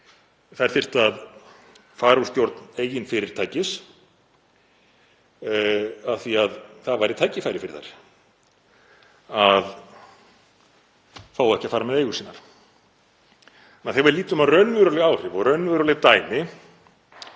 að þær þyrftu að fara úr stjórn eigin fyrirtækis af því að það væri tækifæri fyrir þær að fá ekki að fara með eigur sínar? Þegar við lítum á raunveruleg áhrif og raunveruleg dæmi